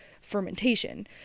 fermentation